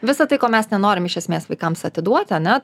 visa tai ko mes nenorim iš esmės vaikams atiduoti ane